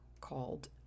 called